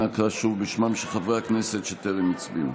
אנא קרא שוב בשמם של חברי הכנסת שטרם הצביעו.